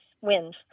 wins